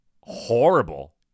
horrible